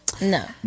no